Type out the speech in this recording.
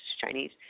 Chinese